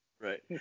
Right